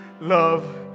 love